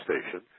station